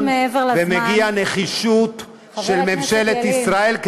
נתתי מעבר לזמן, ונחישות של ממשלת ישראל,